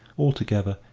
altogether,